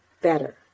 better